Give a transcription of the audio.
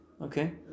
Okay